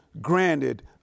granted